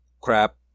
Crap